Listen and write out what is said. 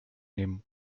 nehmen